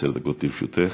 עשר דקות לרשותך.